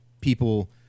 people